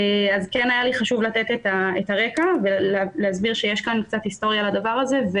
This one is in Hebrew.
כן היה לי חשוב לתת את הרקע ולהסביר שיש קצת היסטוריה לדבר הזה.